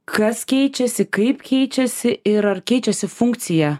kas keičiasi kaip keičiasi ir ar keičiasi funkcija